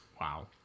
Wow